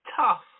tough